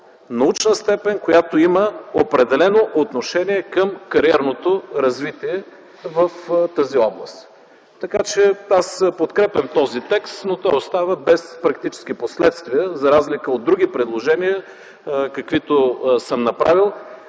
научна степен, която има определено отношение към кариерното развитие в тази област. Така че аз подкрепям този текст, но той остава без практически последствия за разлика от други предложения, каквито съм направил,